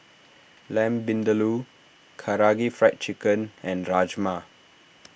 Lamb Vindaloo Karaage Fried Chicken and Rajma